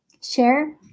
share